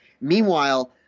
Meanwhile